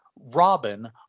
Robin